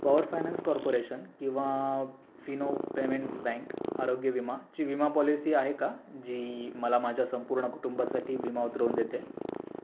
power finance corporation किंवा Fino payments bank आरोग्य विमाची विमा पॉलिसी आहे का जी मला माझ्या संपूर्ण कुटुंबासाठी विमा उतरवून देते